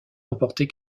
emporter